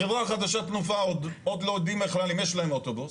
החברה החדשה "תנופה" עוד לא יודעים בכלל אם יש להם אוטובוס.